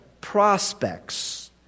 prospects